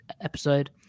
episode